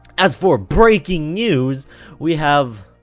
as for breaking news we have